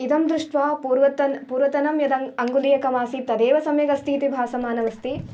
इदं दृष्ट्वा पूर्वतन् पूर्वतनं यदङ् अङ्गुलीयकमसीत् तदेव सम्यगस्तीति भासमानमस्ति